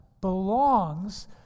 belongs